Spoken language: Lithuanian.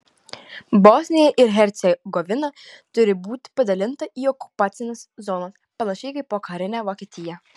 bosnija ir hercegovina turi būti padalinta į okupacines zonas panašiai kaip pokarinė vokietija